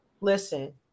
Listen